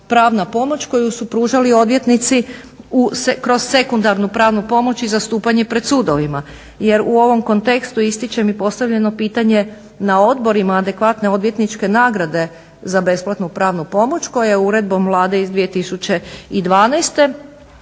pravna pomoć koju su pružali odvjetnici kroz sekundarnu pravnu pomoć i zastupanje pred sudovima. Jer u ovom kontekstu ističem je postavljeno pitanje na odborima adekvatne odvjetničke nagrade za besplatnu pravnu pomoć koja je uredbom Vlade iz 2012.